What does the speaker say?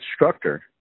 instructor